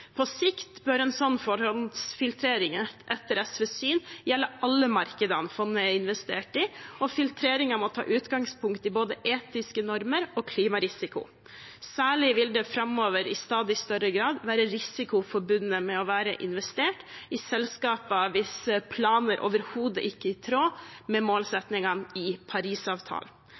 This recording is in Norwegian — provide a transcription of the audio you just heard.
På sikt bør en sånn forhåndsfiltrering etter SVs syn gjelde alle markedene fondet er investert i, og filtreringer må ta utgangspunkt i både etiske normer og klimarisiko. Særlig vil det framover i stadig større grad være risiko forbundet med å være investert i selskaper viss planer overhodet ikke er i tråd med målsettingene i Parisavtalen.